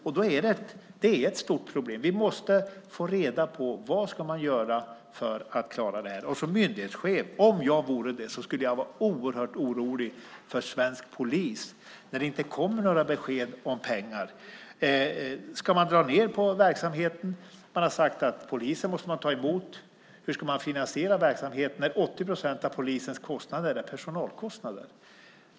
Det hela är ett stort problem. Vi måste få reda på vad man ska göra för att klara det här. Om jag vore en myndighetschef skulle jag vara oerhört orolig för svensk polis när det inte kommer några besked om pengar. Ska man dra ned på verksamheten? Man har sagt att poliser måste man ta emot. Hur ska man finansiera verksamheten när 80 procent av polisens kostnader är personalkostnader?